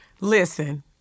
Listen